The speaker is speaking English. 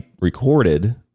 recorded